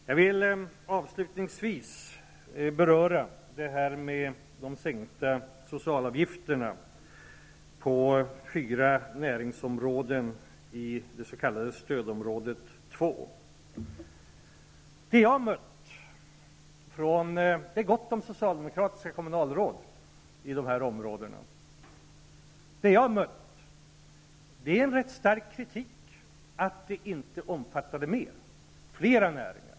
Jag vill avslutningsvis beröra de sänkta socialavgifterna på fyra näringsområden i stödområde 2. Det finns gott om socialdemokratiska kommunalråd i dessa trakter. Jag har mött en rätt stark kritik att sänkningen inte omfattade fler näringar.